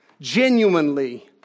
genuinely